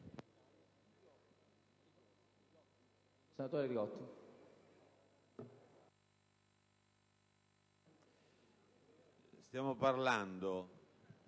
Stiamo parlando